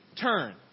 turn